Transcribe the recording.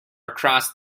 across